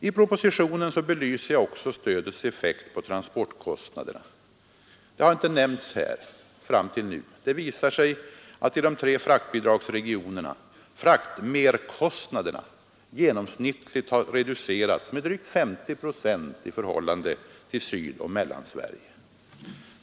I propositionen belyser jag också stödets effekt på transportkostnaderna — den har inte nämnts här fram till nu. Det visar sig att i de tre fraktbidragsregionerna fraktmerkostnaderna genomsnittligt har reducerats med drygt 50 procent i förhållande till Sydoch Mellansverige.